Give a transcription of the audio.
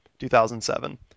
2007